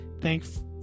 Thanks